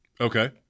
Okay